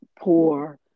poor